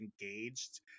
engaged